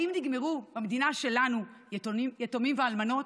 האם נגמרו במדינה שלנו יתומים ואלמנות?